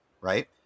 right